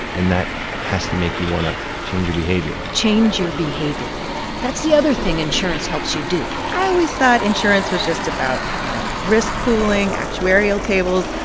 and that has to make you want to change your behavior change your behavior that's the other thing insurance helps you do i always thought insurance was just about, you know, risk-pooling, actuarial tables.